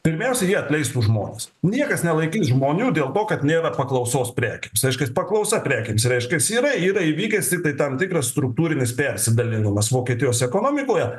pirmiausia jie atleistų žmones niekas nelaikys žmonių dėl to kad nėra paklausos prekėms reiškias paklausa prekėms reiškias yra yra įvykęs tiktai tam tikras struktūrinis persidalinamas vokietijos ekonomikoje